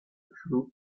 through